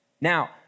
Now